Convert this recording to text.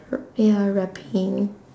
r~ ya rapping